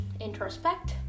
introspect